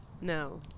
No